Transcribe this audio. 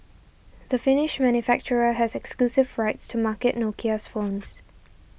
the Finnish manufacturer has exclusive rights to market Nokia's phones